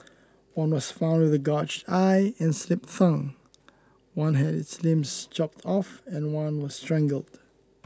one was found with a gouged eye and slit tongue one had its limbs chopped off and one was strangled